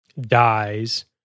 dies